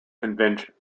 conventions